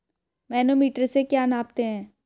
Manometer से क्या नापते हैं?